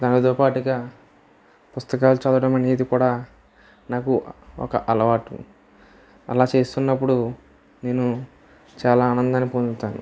దానితో పాటుగా పుస్తకాలు చదవడం అనేది కూడా నాకు ఒక అలవాటు అలా చేస్తున్నప్పుడు నేను చాలా ఆనందాన్ని పొందుతాను